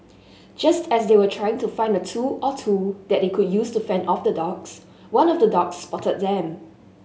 just as they were trying to find a tool or two that they could use to fend off the dogs one of the dogs spotted them